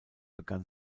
begann